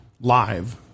live